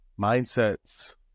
Mindsets